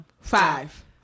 Five